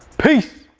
peace.